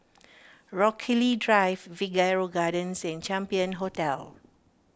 Rochalie Drive Figaro Gardens and Champion Hotel